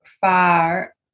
far